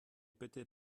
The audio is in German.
bitte